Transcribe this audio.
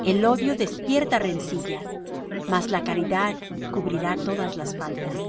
el odio despierta rencillas mas la caridad cubrirá todas las faltas